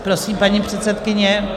Prosím, paní předsedkyně.